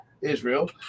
Israel